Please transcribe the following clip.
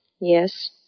Yes